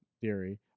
theory